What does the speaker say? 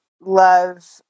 love